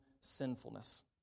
sinfulness